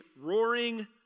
roaring